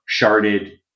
sharded